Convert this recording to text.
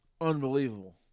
unbelievable